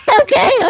Okay